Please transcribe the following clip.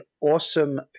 awesome